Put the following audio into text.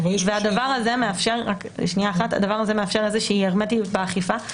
הדבר הזה מאפשר איזושהי הרמטיות באכיפה.